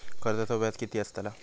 कर्जाचो व्याज कीती असताला?